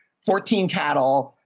fourteen cattle.